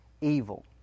evil